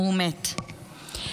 הוא מת.